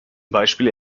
beispiel